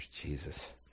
jesus